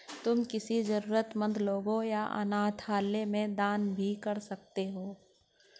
तुम किसी जरूरतमन्द लोगों या अनाथालय में दान भी कर सकते हो